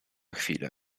chwilę